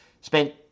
Spent